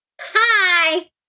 Hi